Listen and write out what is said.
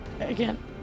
Again